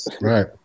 right